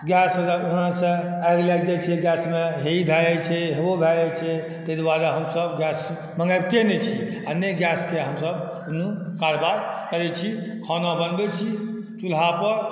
gas उपकरणसँ आगि लागि जाइ छै गैसमे हेइ भऽ जाइ छै हेओ भऽ जाइ छै ताहि दुआरे हमसब गैस मँगबैते नहि छी आओर नहि गैसके हमसब कोनो कारबार करै छी खाना बनबै छी चुल्हापर